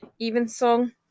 Evensong